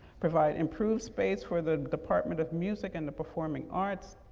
provide improved space for the department of music and the performing arts,